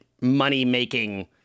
money-making